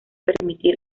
permitir